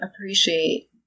appreciate